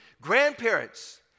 Grandparents